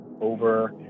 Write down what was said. over